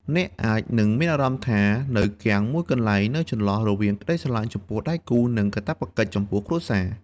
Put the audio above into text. អ្នកអាចនឹងមានអារម្មណ៍ថា នៅគាំងមួយកន្លែងនៅចន្លោះរវាងក្តីស្រឡាញ់ចំពោះដៃគូ និងកាតព្វកិច្ចចំពោះគ្រួសារ។